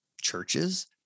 churches